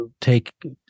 take